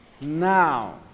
now